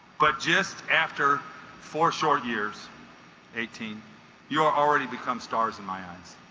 but just after four short years eighteen you are already become stars in my eyes